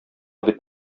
бит